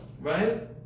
Right